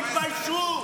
תתביישו.